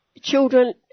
children